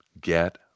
Get